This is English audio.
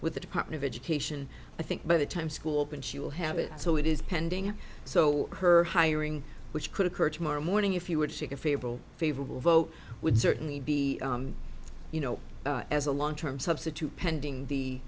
with the department of education i think by the time school opened she will have it so it is pending so her hiring which could occur tomorrow morning if you were to get fable favorable vote would certainly be you know as a long term substitute pending the